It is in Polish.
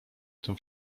tym